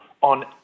on